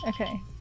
okay